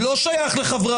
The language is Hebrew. מי נגד?